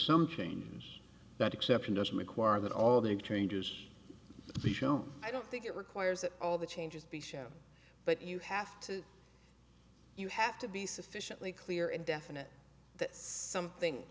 some change that exception doesn't require that all the exchanges be shown i don't think it requires that all the changes be shown but you have to you have to be sufficiently clear and definite that something